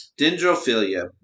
Dendrophilia